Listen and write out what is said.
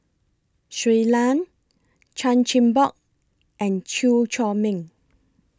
Shui Lan Chan Chin Bock and Chew Chor Meng